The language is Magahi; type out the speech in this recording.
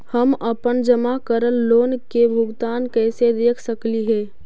हम अपन जमा करल लोन के भुगतान कैसे देख सकली हे?